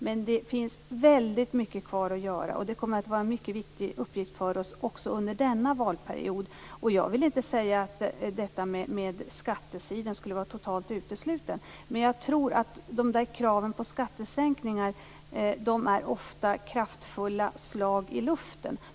Men det finns väldigt mycket kvar att göra, och det kommer att vara en mycket viktig uppgift för oss också under denna valperiod. Jag vill inte säga att skattesidan skulle vara totalt utesluten, men jag tror att kraven på skattesänkningar ofta är kraftfulla slag i luften.